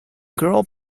girl